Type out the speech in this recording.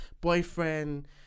boyfriend